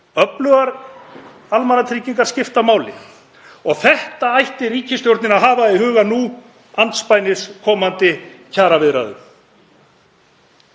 öflugar almannatryggingar skipta máli. Þetta ætti ríkisstjórnin að hafa í huga nú andspænis komandi kjaraviðræðum.